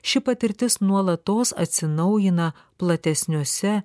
ši patirtis nuolatos atsinaujina platesniuose